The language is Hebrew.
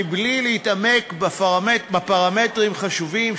מבלי להתעמק בפרמטרים חשובים,